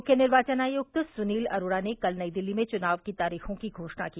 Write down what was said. मुख्य निर्वाचन आयुक्त सुनील अरोड़ा ने कल नई दिल्ली में चुनाव की तारीखों की घोषणा की